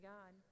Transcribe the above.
God